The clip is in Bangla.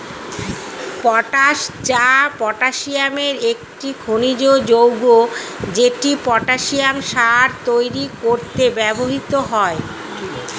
পটাশ, যা পটাসিয়ামের একটি খনিজ যৌগ, সেটি পটাসিয়াম সার তৈরি করতে ব্যবহৃত হয়